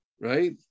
right